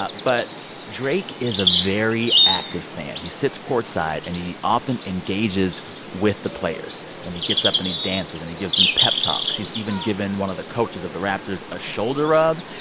but drake is a very active fan. he sits courtside, and he often engages with the players. and he gets up, and he dances. and he gives them pep talks. he's even given one of the coaches of the raptors a shoulder rub.